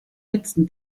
letzten